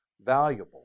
valuable